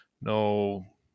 no